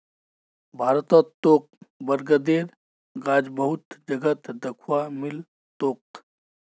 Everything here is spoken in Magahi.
भारतत तोके बरगदेर गाछ बहुत जगहत दख्वा मिल तोक